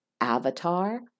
avatar